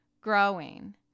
growing